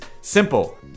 simple